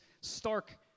stark